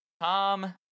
Tom